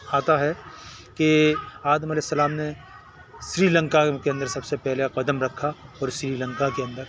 آتا ہے کہ آدم علیہ السلام نے سری لنکا کے اندر سب سے پہلا قدم رکھا اور سری لنکا کے اندر